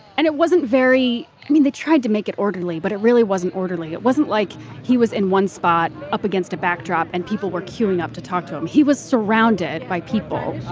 and it wasn't very i mean, they tried to make it orderly but it really wasn't orderly. it wasn't like he was in one spot up against a backdrop and people were queuing up to talk to him. he was surrounded by people.